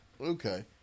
Okay